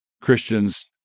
Christians